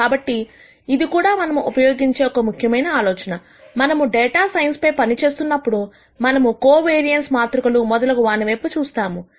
కాబట్టి ఇది కూడా మనము ఉపయోగించే ఒక ముఖ్యమైన ఆలోచన మనము డేటా సైన్స్ పై పనిచేస్తున్నప్పుడు మనము కోవారియన్స్ మాతృకలు మొదలగు వాని వైపు చూస్తాము